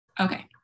okay